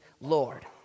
Lord